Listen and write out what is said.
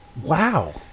wow